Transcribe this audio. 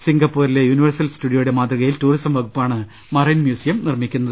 സിംഗപ്പൂരിലെ universal സ്റ്റുഡിയോയുടെ മാതൃകയിൽ tourism വകുപ്പാണ് മറൈൻ മ്യൂസിയം നിർമിക്കുന്നത്